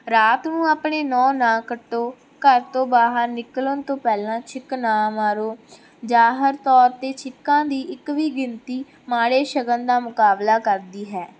ਰਾਤ ਨੂੰ ਆਪਣੇ ਨਹੁੰ ਨਾ ਕੱਟੋ ਘਰ ਤੋਂ ਬਾਹਰ ਨਿਕਲਣ ਤੋਂ ਪਹਿਲਾਂ ਛਿੱਕ ਨਾ ਮਾਰੋ ਜਾਹਰ ਤੌਰ 'ਤੇ ਛਿੱਕਾਂ ਦੀ ਇੱਕ ਵੀ ਗਿਣਤੀ ਮਾੜੇ ਸ਼ਗਨ ਦਾ ਮੁਕਾਬਲਾ ਕਰਦੀ ਹੈ